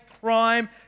crime